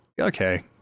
okay